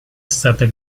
stata